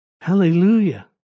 Hallelujah